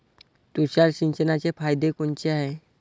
तुषार सिंचनाचे फायदे कोनचे हाये?